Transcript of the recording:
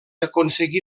aconseguí